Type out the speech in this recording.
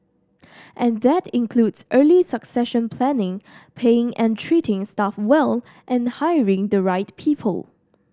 and that includes early succession planning paying and treating staff well and hiring the right people